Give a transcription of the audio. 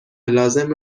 لازم